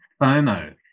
FOMO